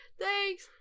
thanks